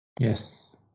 yes